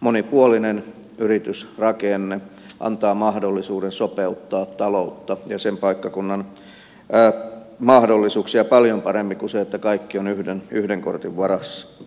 monipuolinen yritysrakenne antaa mahdollisuuden sopeuttaa taloutta ja sen paikkakunnan mahdollisuuksia paljon paremmin kuin se että kaikki on yhden kortin varaus